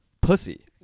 pussy